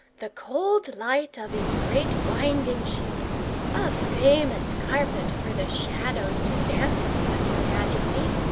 the cold light of its great winding-sheet a famous carpet for the shadows to dance upon, your majesty.